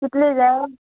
कितले जाय